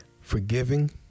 forgiving